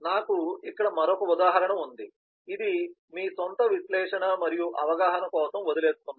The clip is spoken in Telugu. నాకు ఇక్కడ మరొక ఉదాహరణ ఉంది ఇది మీ స్వంత విశ్లేషణ మరియు అవగాహన కోసం వదిలివేస్తున్నాను